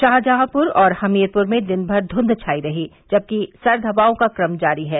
शाहजहापुर और हमीरपुर में दिनभर धूंध छायी रही जबकि सर्द हवाओं का क्रम जारी है